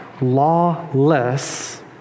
lawless